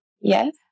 Yes